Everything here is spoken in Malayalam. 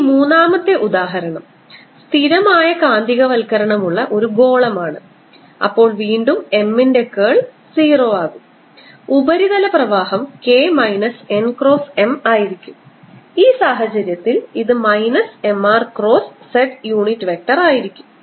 ഈ മൂന്നാമത്തെ ഉദാഹരണം സ്ഥിരമായ കാന്തികവൽക്കരണമുള്ള ഒരു ഗോളമാണ് അപ്പോൾ വീണ്ടും M ന്റെ കേൾ 0 ആകും ഉപരിതല പ്രവാഹo K minus n cross M ആയിരിക്കും ഈ സാഹചര്യത്തിൽ ഇത് minus M r cross z unit vector ആയിരിക്കും